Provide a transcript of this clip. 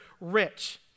rich